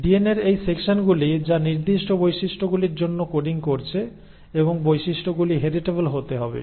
DNA র এই সেকশনগুলি যা নির্দিষ্ট বৈশিষ্ট্যগুলির জন্য কোডিং করছে এবং বৈশিষ্টগুলি হেরিটেবল হতে হবে